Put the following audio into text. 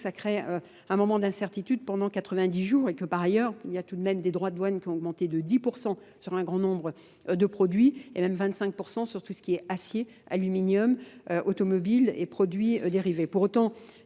ça crée un moment d'incertitude pendant 90 jours et que par ailleurs il y a tout de même des droits de douane qui ont augmenté de 10% sur un grand nombre de produits et même 25% sur tout ce qui est acier, aluminium, automobiles et produits dérivés.